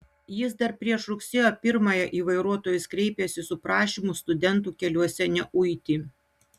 jis dar prieš rugsėjo pirmąją į vairuotojus kreipėsi su prašymu studentų keliuose neuiti